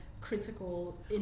critical